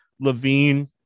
Levine